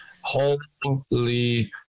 holy